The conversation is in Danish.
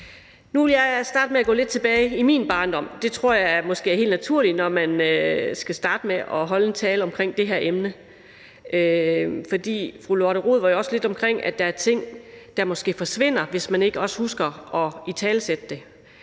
Nu vil jeg starte med at gå lidt tilbage til min barndom. Det tror jeg måske er helt naturligt, når man skal starte med at holde en tale om det her emne, for fru Lotte Rod var jo også lidt inde omkring, at der er ting, der måske forsvinder, hvis man ikke også husker at italesætte dem.